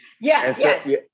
yes